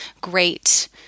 great